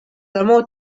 nomo